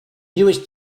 newest